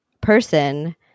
person